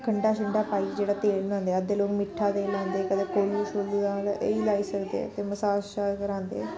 गंढा शंढा पाइयै जेह्ड़ा तेल बनांदे अद्धे लोक मिट्ठा तेल आखदे कदें कोह्लू शोह्लू दा एह् ही लाई सकदे ते मसाज शजास करांदे